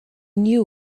knew